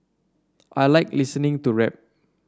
I like listening to rap